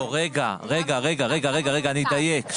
לא, רגע, אני אדייק.